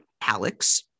Alex